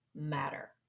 matter